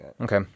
Okay